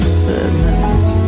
sadness